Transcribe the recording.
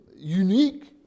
Unique